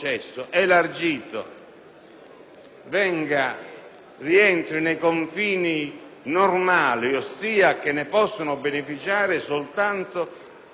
rientri nei confini normali, ossia che ne possono beneficiare soltanto condannati